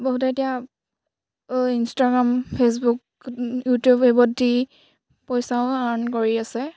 বহুতে এতিয়া Instagram Facebook YouTube এইবোৰত দি পইচাও আৰ্ণ কৰি আছে